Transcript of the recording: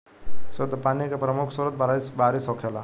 शुद्ध पानी के प्रमुख स्रोत बारिश होखेला